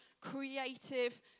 creative